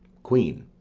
queen.